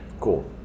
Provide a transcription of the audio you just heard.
Cool